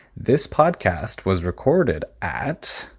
this podcast was recorded at.